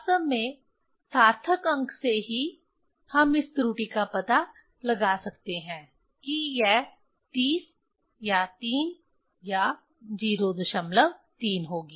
वास्तव में सार्थक अंक से ही हम इस त्रुटि का पता लगा सकते हैं कि यह 30 या 3 या 03 होगी